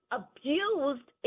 abused